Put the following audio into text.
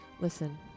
Listen